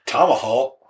Tomahawk